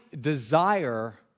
desire